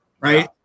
right